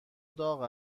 داغ